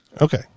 Okay